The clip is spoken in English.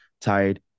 tired